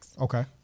Okay